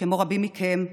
כמו רבים מכם,